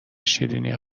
شیرینی